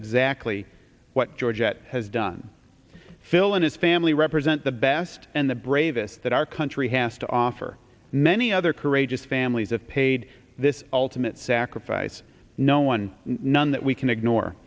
exactly what georgette has done phil and his family represent the best and the bravest that our country has to offer many other courageous families of paid this ultimate sacrifice no one none that we can ignore